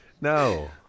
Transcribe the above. No